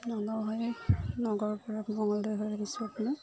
নগাঁও হৈ নগৰপৰা মঙ্গলদৈ হৈ আহিছোঁ আপোনাৰ